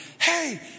hey